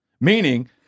Meaning